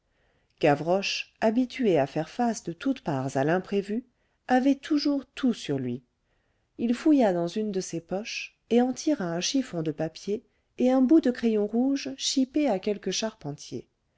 gavroche habitué à faire face de toutes parts à l'imprévu avait toujours tout sur lui il fouilla dans une de ses poches et en tira un chiffon de papier et un bout de crayon rouge chipé à quelque charpentier